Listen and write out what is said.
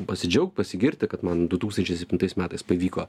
pasidžiaugt pasigirti kad man du tūkstančiai septintais metais pavyko